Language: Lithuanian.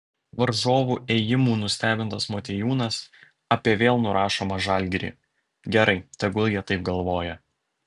varžovų ėjimų nustebintas motiejūnas apie vėl nurašomą žalgirį gerai tegul jie taip galvoja